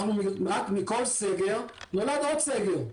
מכל סגר נולד עוד סגר,